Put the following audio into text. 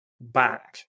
back